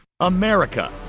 America